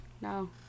No